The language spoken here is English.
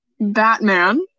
Batman